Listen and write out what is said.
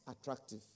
attractive